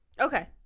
Okay